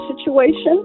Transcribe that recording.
situation